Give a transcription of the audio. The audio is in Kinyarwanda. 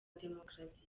demokarasi